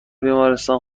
بیمارستان